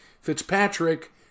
Fitzpatrick